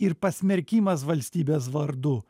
ir pasmerkimas valstybės vardu